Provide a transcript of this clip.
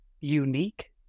unique